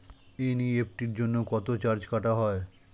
NEFT জন্য কত charge কাটা হয়?